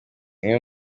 amwe